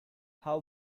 how